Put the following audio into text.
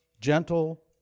gentle